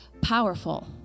powerful